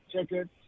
tickets